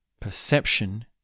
Perception